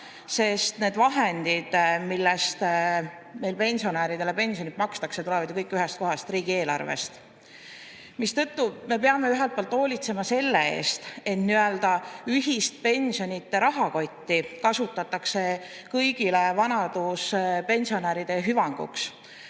sest need vahendid, millest meil pensionäridele pensioni makstakse, tulevad ju kõik ühest kohast – riigieelarvest. Seetõttu me peame ühelt poolt hoolitsema selle eest, et nii‑öelda ühist pensionide rahakotti kasutataks kõigi vanaduspensionäride hüvanguks. Siin